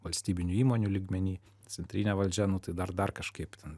valstybinių įmonių lygmeny centrinė valdžia nu tai dar dar kažkaip ten